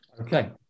Okay